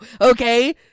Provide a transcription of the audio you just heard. Okay